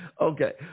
Okay